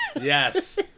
Yes